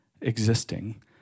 existing